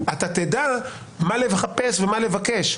אתה תדע מה לחפש ומה לבקש.